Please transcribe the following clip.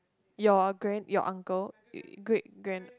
your grand your uncle great grand